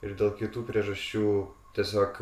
ir dėl kitų priežasčių tiesiog